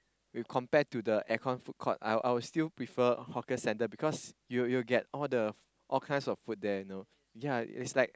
we compare to the aircon food court I I would still prefer hawker centre because you will you will get all the all kinds of food there you know ya it's like